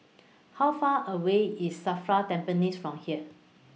How Far away IS SAFRA Tampines from here